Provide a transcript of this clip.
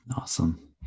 Awesome